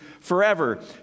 forever